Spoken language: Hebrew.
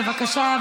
בבקשה,